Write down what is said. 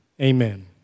amen